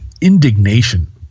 indignation